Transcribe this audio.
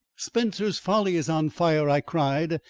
spencer's folly is on fire, i cried,